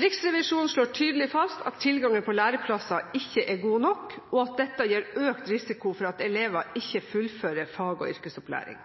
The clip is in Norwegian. Riksrevisjonen slår tydelig fast at tilgangen på læreplasser ikke er god nok, og at dette gir økt risiko for at elever ikke fullfører fag- og yrkesopplæringen.